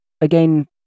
again